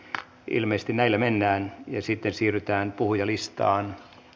ilmeisesti näillä mennään ja sitten siirrytään puhujalistaan